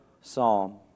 Psalm